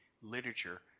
literature